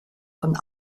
von